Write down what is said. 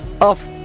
off